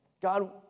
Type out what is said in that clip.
God